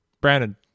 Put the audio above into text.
brandon